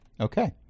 Okay